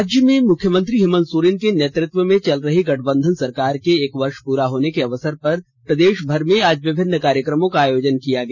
राज्य में मुख्यमंत्री हेमंत सोरेन के नेतृत्व में चल रही गठबंधन सरकार के एक वर्ष पूरा होने के अवसर पर प्रदेशभर में आज विभिन्न कार्यक्रमों का आयोजन किया गया